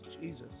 Jesus